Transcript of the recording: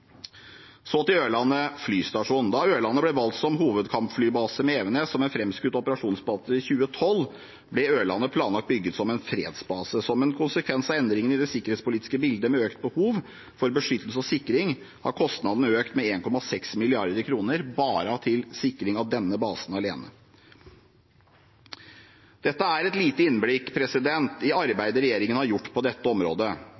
Så til Ørland flystasjon: Da Ørland ble valgt som hovedkampflybase med Evenes som en framskutt operasjonsbase i 2012, ble Ørland planlagt bygget som en fredsbase. Som en konsekvens av endringen i det sikkerhetspolitiske bildet – med økt behov for beskyttelse og sikring – har kostnadene økt med 1,6 mrd. kr til sikring av denne basen alene. Dette var et lite innblikk i arbeidet regjeringen har gjort på dette området.